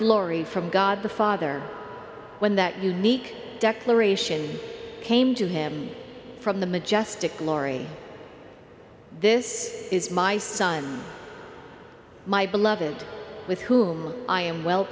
glory from god the father when that unique declaration came to him from the majestic glory this is my son my beloved with whom i am well